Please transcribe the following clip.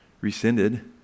rescinded